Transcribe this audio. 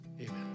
Amen